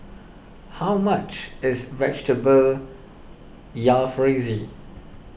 how much is Vegetable Jalfrezi